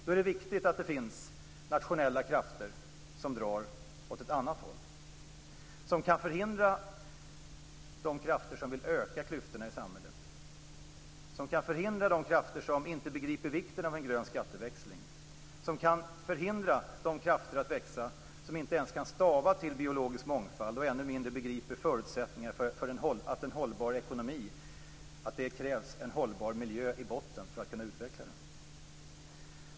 Då är det viktigt att det finns nationella krafter som drar åt ett annat håll, som kan förhindra de krafter som vill öka klyftorna i samhället, som kan förhindra de krafter som inte begriper vikten av en grön skatteväxling, som kan förhindra de krafter att växa som inte ens kan stava till biologisk mångfald och ännu mindre begriper att det krävs en hållbar miljö i botten för att kunna utveckla en hållbar ekonomi.